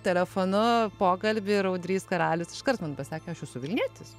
telefonu pokalbį ir audrys karalius iškart man pasakė aš esu vilnietis